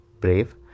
brave